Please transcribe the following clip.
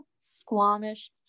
Squamish